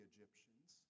Egyptians